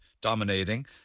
Dominating